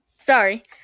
Sorry